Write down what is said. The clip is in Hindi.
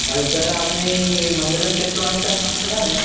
अरे सर आपने ये मंगलम इलेक्ट्रॉनिक्स का नाम सुना है